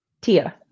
Tia